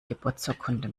geburtsurkunde